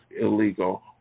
illegal